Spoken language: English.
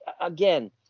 again